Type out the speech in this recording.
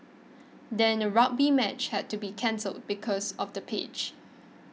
then a rugby match had to be cancelled because of the pitch